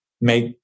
make